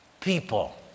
people